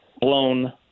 blown